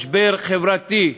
משבר חברתי,